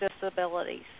disabilities